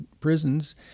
prisons